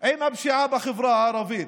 עם הפשיעה בחברה הערבית,